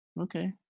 okay